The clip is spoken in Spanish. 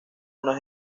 una